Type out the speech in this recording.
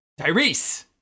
Tyrese